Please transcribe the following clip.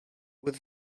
with